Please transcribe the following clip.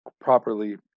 properly